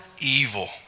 evil